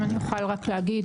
אם אני אוכל רק להגיד,